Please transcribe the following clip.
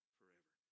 forever